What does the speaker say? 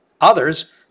Others